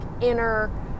inner